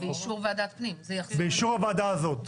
באישור הוועדה הזאת.